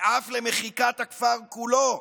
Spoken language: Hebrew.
ואף למחיקת הכפר כולו,